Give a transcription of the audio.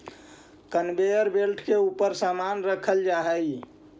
conveyor belt के ऊपर समान रखल जा हई